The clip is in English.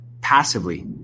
passively